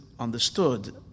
understood